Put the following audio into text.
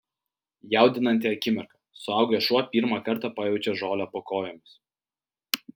jaudinanti akimirka suaugęs šuo pirmą kartą pajaučia žolę po kojomis